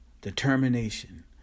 determination